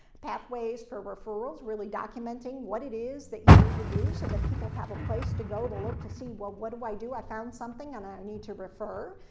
pathways for referrals, really documenting what it is that you need to do so that people have a place to go to look to see, well, what do i do? i found something and i need to refer.